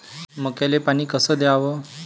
मक्याले पानी कस द्याव?